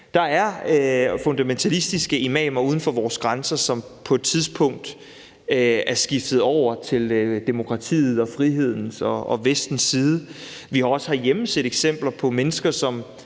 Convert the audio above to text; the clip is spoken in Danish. Der er fundamentalistiske imamer uden for vores grænser, som på et tidspunkt er skiftet over til demokratiets, frihedens og Vestens side. Vi har også herhjemme set eksempler på mennesker,